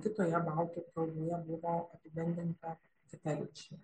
kitoje baltų kalboje buvo apibendrinta kita reikšmė